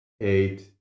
eight